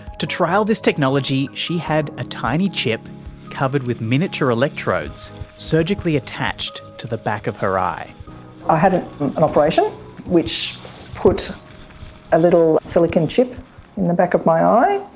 to trial this technology she had a tiny chip covered with miniature electrodes surgically attached to the back of her eye. i had an operation which put a little silicon chip in the back of my eye,